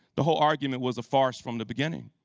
the whole argument was a farce from the beginning